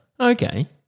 Okay